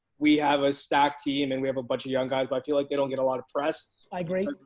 we have a stack team and we have a bunch of young guys but i feel like they don't get a lot of press. i agree.